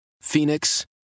phoenix